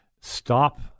stop